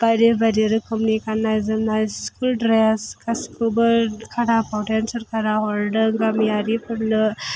बायदि बायदि रोखोमनि गाननाय जोमनाय स्कुल द्रेस गासिखौबो खाथा फावथेन सोरखारा हरदों गामियारिफोरनो